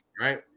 right